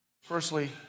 firstly